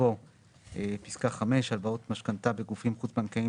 יבוא פסקה 5: "הלוואות משכנתא בגופים חוץ-בנקאיים